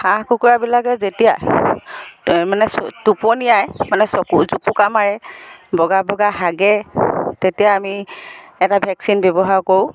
হাঁহ কুকুৰাবিলাকে যেতিয়া মানে টোপনিয়াই মানে চকু জোপোকা মাৰে বগা বগা হাগে তেতিয়া আমি এটা ভেকচিন ব্যৱহাৰ কৰোঁ